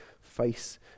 face